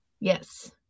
Yes